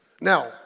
Now